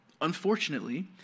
Unfortunately